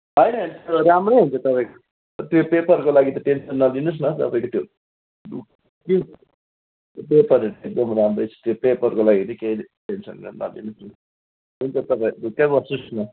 होइन होइन राम्रै हुन्छ तपाईँको त्यो पेपरको लागि त टेन्सन नलिनुहोस् न तपाईँको त्यो पेपरहरू त एकदम राम्रै छ पेपरहरूको त केही टेन्सन नलिनुहोस् न हुन्छ तपाईँ ढुक्कै बस्नुहोस् न